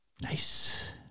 Nice